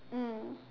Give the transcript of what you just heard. mm